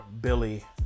Billy